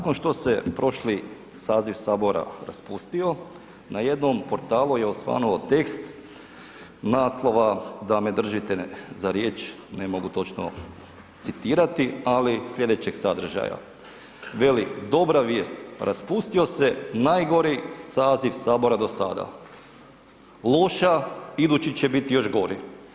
Kolega Salopiću, nakon što se prošli saziv sabora raspustio, na jednom portalu je osvanuo tekst naslova da me ne držite za riječ, ne mogu točno citirati, ali slijedećeg sadržaja, veli „dobra vijest, raspustio se najgori saziv sabora do sada, loša, idući će biti još gori“